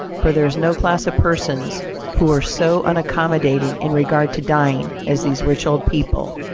for there is no class of persons who are so unaccommodating in regard to dying as these rich old people,